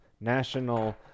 national